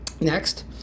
Next